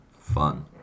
fun